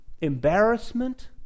embarrassment